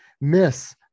miss